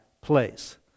place